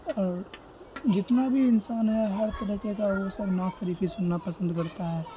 اور جتنا بھی انسان ہے ہر طریقے کا وہ سب نعت شریف ہی سننا پسند کرتا ہے